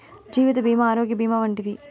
జీవిత భీమా ఆరోగ్య భీమా వంటివి